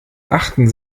achten